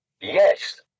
Yes